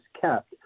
kept